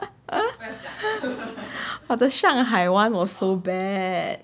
我的 shanghai [one] was so bad